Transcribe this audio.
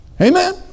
Amen